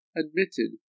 admitted